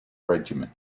regiment